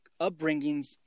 upbringings